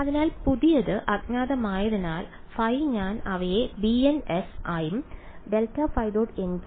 അതിനാൽ പുതിയത് അജ്ഞാതമായതിനാൽ ϕ ഞാൻ അവയെ bn s ആയും ∇ϕ